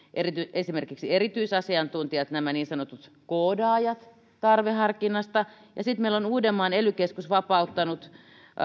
esimerkiksi erityisasiantuntijat nämä niin sanotut koodaajat tarveharkinnasta sitten meillä on uudenmaan ely keskus vapauttanut